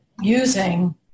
using